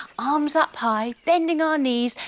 arms up high, bending our knees,